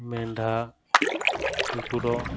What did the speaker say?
ମେଣ୍ଢା କୁକୁର